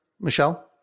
Michelle